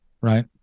right